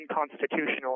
unconstitutional